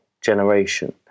generation